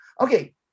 Okay